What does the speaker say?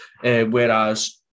Whereas